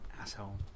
Asshole